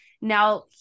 now